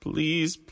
Please